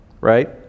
right